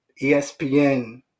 ESPN